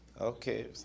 Okay